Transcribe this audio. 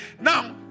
Now